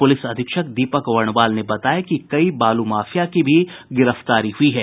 police अधीक्षक दीपक वर्णवाल ने बताया कई बालू माफिया की भी गिरफ्तारी हुई है